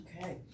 Okay